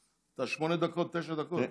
אתה שמונה דקות, תשע דקות.